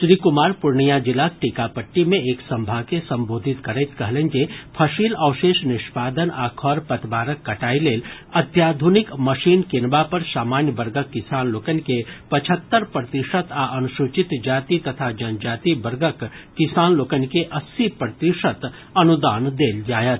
श्री कुमार पूर्णिया जिलाक टीकापट्टी मे एक सभा के संबोधित करैत कहलनि जे फसिल अवशेष निष्पादन आ खर पतवारक कटाई लेल अत्याधुनिक मशीन कीनबा पर सामान्य वर्गक किसान लोकनि के पचहत्तरि प्रतिशत आ अनुसूचित जाति तथा जनजाति वर्गक किसान लोकनि के अस्सी प्रतिशत अनुदान देल जायत